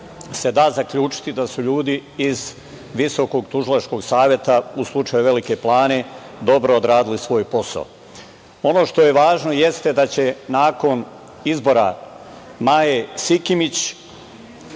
se da zaključiti da su ljudi iz Visokog tužilačkog saveta u slučaju Velike Plane dobro odradili svoj posao. Ono što je važno jeste da će nakon izbora Maje Sikimić